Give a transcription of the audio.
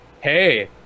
Hey